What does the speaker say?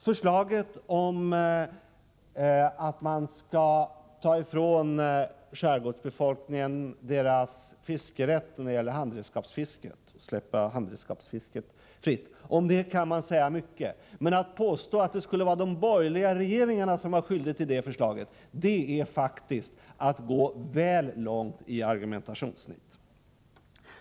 Förslaget att släppa handredskapsfisket fritt kan man säga mycket om. Men att påstå att det skulle vara de borgerliga regeringarna som är skyldiga till det förslaget är faktiskt att gå väl långt i argumentationsnit.